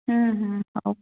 ହଉ